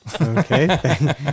Okay